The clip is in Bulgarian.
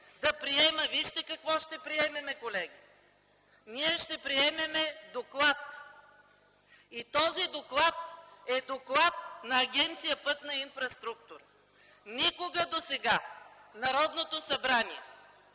нещо! Вижте какво ще приемем, колеги! Ние ще приемем доклад и този доклад е Доклад на Агенция „Пътна инфраструктура”. Никога досега Народното събрание,